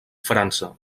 frança